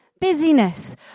busyness